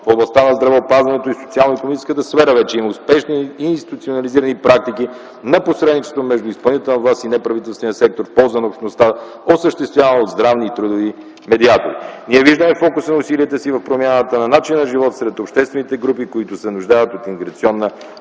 В областта на здравеопазването и социално-икономическата сфера вече има успешни институционализирани практики на посредничество между изпълнителната власт и неправителствения сектор в полза на общността, осъществявана от здравни и трудови медиатори. Ние виждаме фокуса на усилията си в промяната на начина на живот сред обществените групи, които се нуждаят от интеграционна